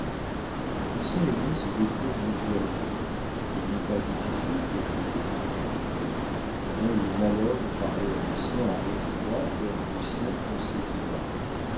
le pouvoir lucien et lui se déplurent mutuellement il n'est pas difficile d'expliquer pourquoi merlin eut le malheur de parler à lucien à haute voix comme lucien pensait tout bas